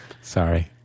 Sorry